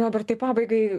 robertai pabaigai